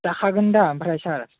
जाखागोनदा ओमफ्राय सार